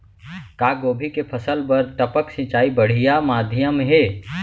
का गोभी के फसल बर टपक सिंचाई बढ़िया माधयम हे?